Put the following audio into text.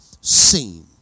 seen